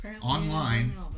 Online